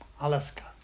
Alaska